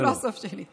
לא, לא הסוף שלי.